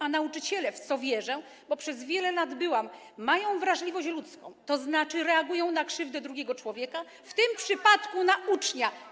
A nauczyciele, w co wierzę, bo przez wiele lat byłam nauczycielką, mają wrażliwość ludzką, to znaczy reagują na krzywdę drugiego człowieka, w tym przypadku ucznia.